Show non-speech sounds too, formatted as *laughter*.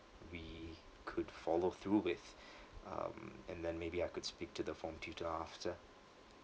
we could follow through with *breath* um and then maybe I could speak to the form tutor after